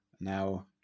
now